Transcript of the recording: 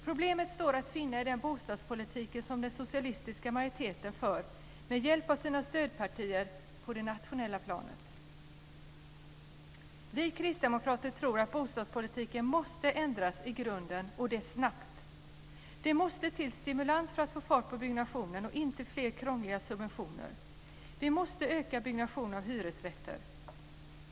Problemet står att finna i den bostadspolitik som den socialistiska majoriteten för med hjälp av sina stödpartier på det nationella planet. Vi kristdemokrater tror att bostadspolitiken måste ändras i grunden - och det snabbt. Det måste till stimulans för att få fart på byggnationen och inte fler krångliga subventioner. Vi måste öka byggnationen av hyresrätter.